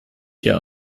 hier